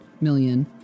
million